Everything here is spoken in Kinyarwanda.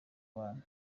bana